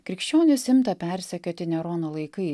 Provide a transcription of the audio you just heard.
krikščionis imta persekioti nerono laikai